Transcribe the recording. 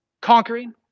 Conquering